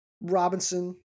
Robinson